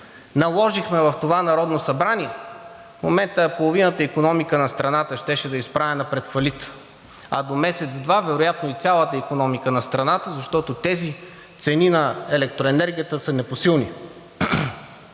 наложихме в това Народно събрание, в момента половината икономика на страната щеше да е изправена пред фалит, а до месец-два вероятно и цялата икономика на страната, защото тези цени на електроенергията са непосилни.